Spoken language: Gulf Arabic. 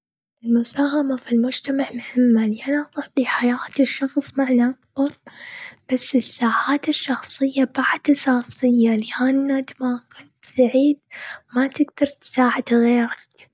المساهمة في المجتمع مهمة، لأنها تعطي حياة الشخص معنى أكبر. بس السعادة الشخصية بعد أساسية، لأن أد ما كنت سعيد ما تقدر تساعد غيرك.